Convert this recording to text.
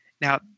Now